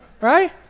Right